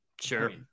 Sure